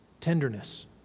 tenderness